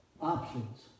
options